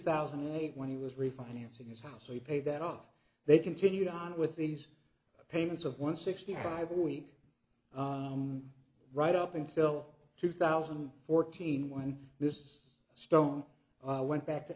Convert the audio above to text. thousand and eight when he was refinancing his house so he paid that off they continued on with these payments of one sixty five a week right up until two thousand and fourteen when this stone went back to